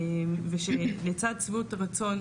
ושלצד שביעות רצון,